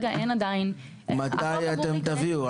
מתי תביאו?